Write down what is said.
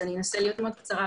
אז אני אנסה להיות מאוד קצרה,